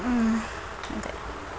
అంతే